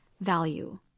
value